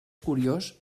curiós